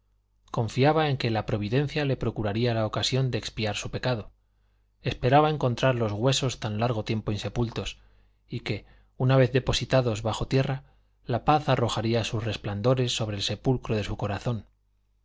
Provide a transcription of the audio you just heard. confiaba en que la providencia le procuraría la ocasión de expiar su pecado esperaba encontrar los huesos tan largo tiempo insepultos y que una vez depositados bajo tierra la paz arrojaría sus resplandores sobre el sepulcro de su corazón